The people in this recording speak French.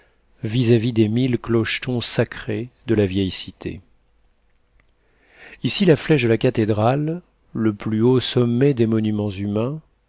vis-à-vis des mille clochetons sacrés de la vieille cité ici la flèche de la cathédrale le plus haut sommet des monuments humains